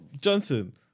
Johnson